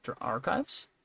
archives